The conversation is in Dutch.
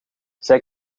zij